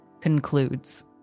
concludes